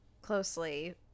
closely